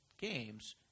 games